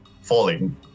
falling